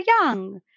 young